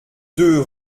deux